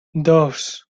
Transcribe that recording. dos